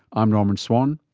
i'm norman swan,